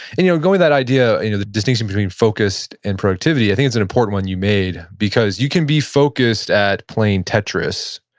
and you know going to that idea, you know the distinction between focused and productivity, i think it's an important one you made because you can be focused at playing tetris,